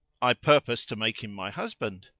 i purpose to make him my husband!